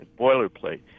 Boilerplate